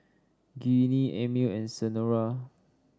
Ginny Amil and Senora